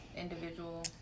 individual